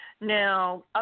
Now